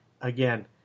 again